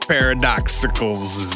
Paradoxicals